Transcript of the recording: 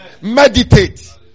meditate